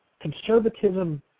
conservatism